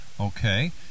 Okay